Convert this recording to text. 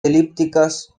elípticas